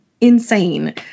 insane